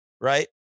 right